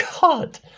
God